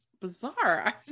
bizarre